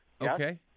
Okay